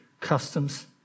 customs